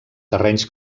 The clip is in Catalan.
terrenys